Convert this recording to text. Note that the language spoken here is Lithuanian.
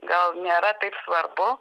gal nėra taip svarbu